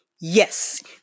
Yes